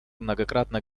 многократно